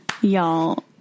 Y'all